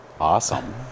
awesome